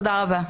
תודה רבה.